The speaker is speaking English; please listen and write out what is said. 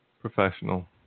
professional